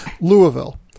Louisville